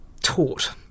taught